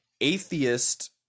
atheist